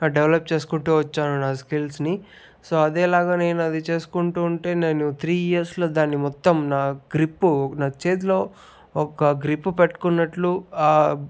develop చేసుకుంటూ వచ్చాను నా స్కిల్స్ ని సో అదేలాగా నేను అది చేసుకుంటూ ఉంటే నేను త్రీ ఇయర్స్ లో దాన్ని మొత్తం నా గ్రిప్పు నా చేతిలో ఒక గ్రిప్ పెట్టుకున్నట్లు